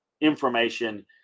information